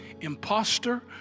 imposter